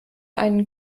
einen